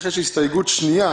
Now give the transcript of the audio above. יש לי הסתייגות שנייה